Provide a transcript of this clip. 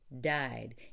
died